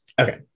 Okay